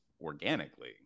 organically